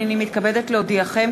הנני מתכבדת להודיעכם,